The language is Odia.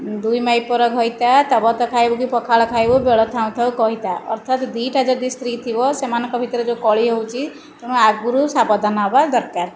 ଦୁଇ ମାଇପର ଘଇତା ତା'ବାତ ଖାଇବୁ କି ପଖାଳ ଖାଇବୁ ବେଳ ଥାଉ ଥାଉ କହିଥା ଅର୍ଥାତ ଦୁଇଟା ଯଦି ସ୍ତ୍ରୀ ଥିବ ସେମାନଙ୍କ ଭିତରେ ଯେଉଁ କଳି ହେଉଛି ତେଣୁ ଆଗରୁ ସାବଧାନ ହେବା ଦରକାର